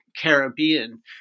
Caribbean